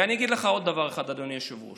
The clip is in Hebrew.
ואני אגיד לך עוד דבר אחד, אדוני היושב-ראש: